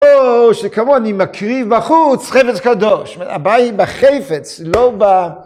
או, שכמוני מקריב בחוץ, חפץ קדוש, הבעיה היא בחפץ, לא ב...